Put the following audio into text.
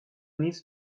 needs